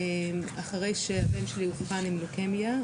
אחרי שהבן שלי אובחן עם לוקמיה,